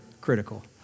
critical